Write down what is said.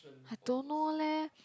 I don't know leh